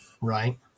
right